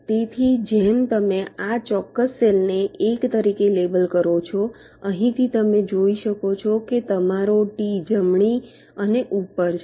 તેથી જેમ તમે આ ચોક્કસ સેલને 1 તરીકે લેબલ કરો છો અહીંથી તમે જોઈ શકો છો કે તમારો T જમણી અને ઉપર છે